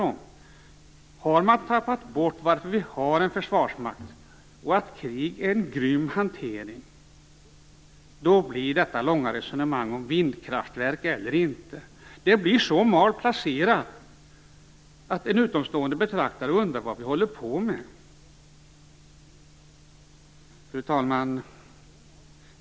Om man har glömt varför vi har en försvarsmakt och att krig är en grym hantering blir detta långa resonemang om vindkraftverk så malplacerat att en utomstående betraktare undrar vad vi håller på med. Fru talman!